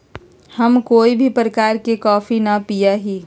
हम कोई भी प्रकार के कॉफी ना पीया ही